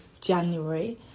january